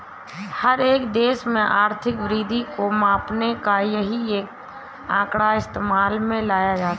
हर एक देश में आर्थिक वृद्धि को मापने का यही एक आंकड़ा इस्तेमाल में लाया जाता है